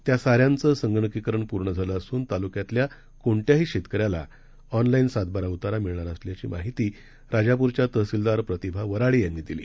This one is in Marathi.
त्यासाऱ्यांचंसंगणकीकरणपूर्णझालंअसूनताल्क्यातल्याकोणत्याहीशेतकऱ्यालाऑनलाइनसात बाराउतारामिळणारअसल्याचीमाहितीराजापूरच्यातहसीलदारप्रतिभावराळेयांनीदिली